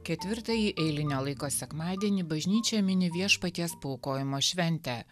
ketvirtąjį eilinio laiko sekmadienį bažnyčia mini viešpaties paaukojimo šventę